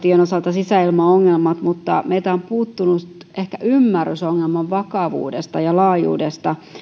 päiväkotien osalta sisäilmaongelmat mutta meiltä on puuttunut ehkä ymmärrys ongelman vakavuudesta ja laajuudesta